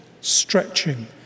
stretching